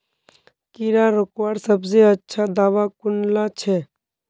कीड़ा रोकवार सबसे अच्छा दाबा कुनला छे?